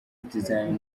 design